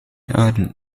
urgent